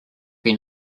been